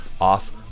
off